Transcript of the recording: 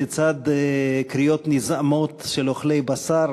לצד קריאות נזעמות של אוכלי בשר,